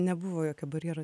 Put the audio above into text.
nebuvo jokio barjero